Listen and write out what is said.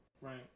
right